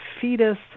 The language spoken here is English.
fetus